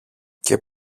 και